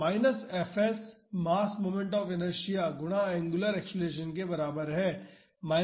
तो minus fs mass moment of inertia गुणा angular acceleration के बराबर है